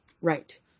Right